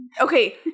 Okay